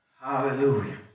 Hallelujah